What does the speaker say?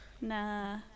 Nah